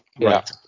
right